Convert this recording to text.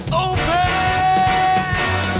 open